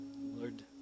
Lord